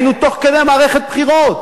היינו תוך כדי מערכת בחירות,